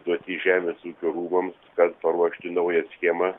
duoti žemės ūkio rūmams kad paruošti naują schemą